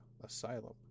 asylum